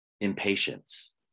impatience